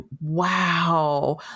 wow